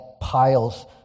piles